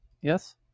Yes